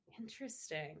Interesting